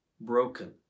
broken